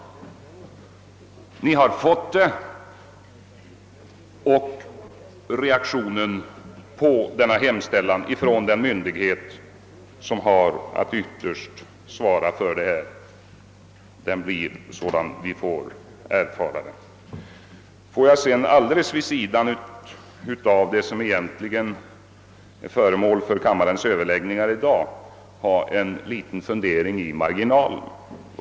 Ni har fått det, men reaktionen på en hemställan från den myndighet som har att ytterst svara för sysselsättningen blir sådan som vi nu har fått erfara. Låt mig helt vid sidan av det som egentligen är föremål för kammarens överläggning i dag göra en liten notering i marginalen.